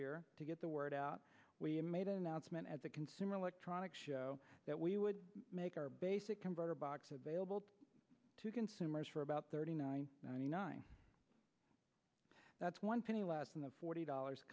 year to get the word out we made an announcement at the consumer electronics show that we would make our basic converter box available to consumers for about thirty nine that's one penny less than the forty dollars